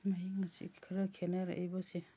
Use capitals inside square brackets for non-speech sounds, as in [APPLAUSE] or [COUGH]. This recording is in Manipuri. [UNINTELLIGIBLE] ꯈꯔ ꯈꯦꯠꯅꯔꯛꯏꯕꯁꯦ